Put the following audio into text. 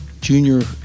Junior